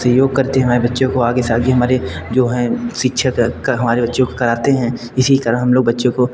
सहयोग करते हैं हमारे बच्चे को आगे साथ ही हमारे जो है शिक्षक का हमारे बच्चे को कराते हैं इसी कारण हम लोग बच्चे को